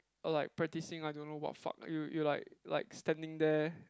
or like practicing I don't know what fuck you you like like standing there